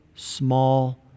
Small